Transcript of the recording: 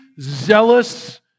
zealous